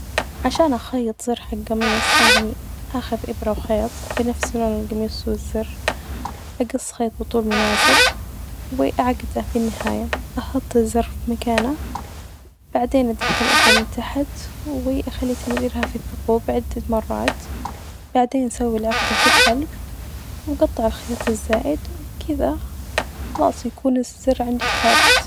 عشان أخيط زر حج جميص يعني آخذ إبرة وخيط بنفس لون الجميص والزر أجص خيط بطول مناسب، وأعجدة في النهاية، أحط الزر في مكانة بعدين أخد الإبرة من تحت وأخلي تمريرها في الثقوب عدة مرات، بعدين أسوي العقدة في الخلف وجطع الخيط الزائد وبكدة خلاص يكون الزر عندك ثابت.